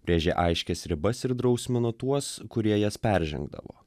brėžė aiškias ribas ir drausmino tuos kurie jas peržengdavo